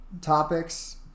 topics